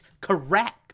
correct